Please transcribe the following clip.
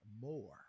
more